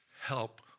help